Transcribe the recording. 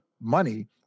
money